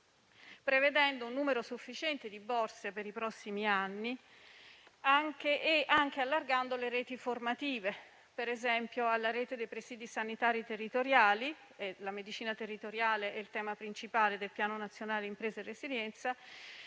prevedendo un numero sufficiente di borse per i prossimi anni, anche allargando le reti formative, per esempio alla rete dei presidi sanitari territoriali. La medicina territoriale, infatti, è il tema principale del Piano nazionale di ripresa e resilienza,